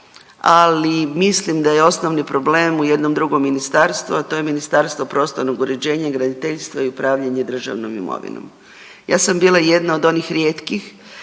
ali mislim da je osnovni problem u jednom drugom ministarstvu, a to je Ministarstvo prostornog uređenja i graditeljstva i upravljanje državnom imovinom. Ja sam bila jedna od onih rijetkih